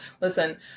listen